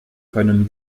können